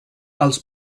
els